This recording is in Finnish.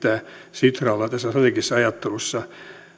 sitralla tässä strategisessa ajattelussa